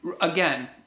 again